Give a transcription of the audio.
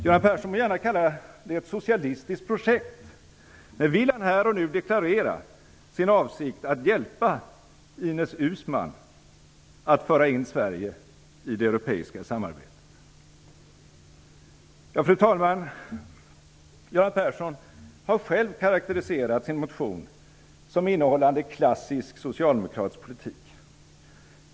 Göran Persson må gärna kalla det ett socialistiskt projekt, men vill han här och nu deklarera sin avsikt att hjälpa Ines Uusmann att föra in Sverige i det europeiska samarbetet? Fru talman! Göran Persson har själv karakteriserat sin motion som innehållande klassisk socialdemokratisk politik.